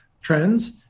trends